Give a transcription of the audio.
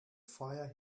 fire